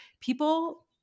people